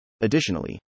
Additionally